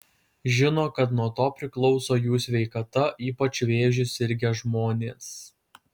žino kad nuo to priklauso jų sveikata ypač vėžiu sirgę žmonės